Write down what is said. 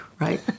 right